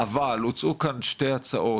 הקטנת זיהום ועלויות סביבתיות,